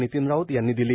नितीन राऊत यांनी दिली